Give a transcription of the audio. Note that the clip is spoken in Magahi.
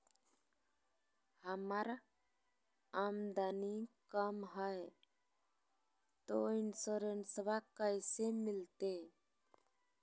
हमर आमदनी कम हय, तो इंसोरेंसबा कैसे मिलते?